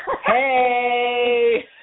Hey